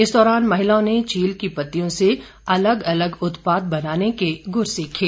इस दौरान महिलाओं ने चील की पत्तियों से अलग अलग उत्पाद बनाने सीखे